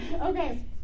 Okay